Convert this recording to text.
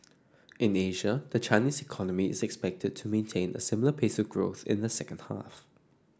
in Asia the Chinese economy is expected to maintain a similar pace of growth in the second half